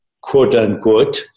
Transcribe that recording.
quote-unquote